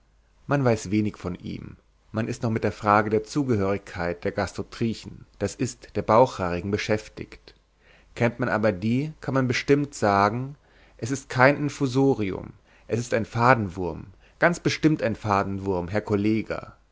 man weiß wenig von ihm man ist noch mit der frage der zugehörigkeit der gastrotrichen d i der bauchhaarigen beschäftigt kennt man aber die kann man bestimmt sagen es ist kein infusorium es ist ein fadenwurm ganz bestimmt ein fadenwurm herr collega